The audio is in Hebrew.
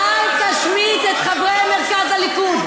אל תשמיץ את חברי מרכז הליכוד.